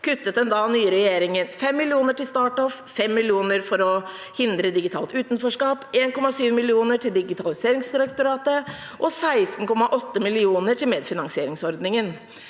kuttet den nye regjeringen 5 mill. kr til StartOff, 5 mill. kr for å hindre digitalt utenforskap, 1,7 mill. kr til Digitaliseringsdirektoratet og 16,8 mill. kr til medfinansieringsordningen.